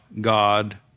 God